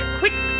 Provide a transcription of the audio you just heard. quick